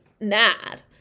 mad